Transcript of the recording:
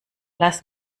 lass